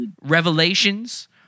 revelations